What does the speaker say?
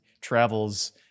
travels